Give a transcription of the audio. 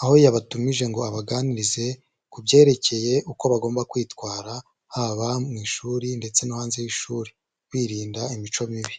aho yabatumije ngo abaganirize ku byerekeye uko bagomba kwitwara, haba mu ishuri ndetse no hanze y'ishuri, birinda imico mibi.